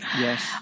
Yes